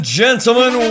gentlemen